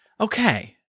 Okay